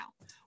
now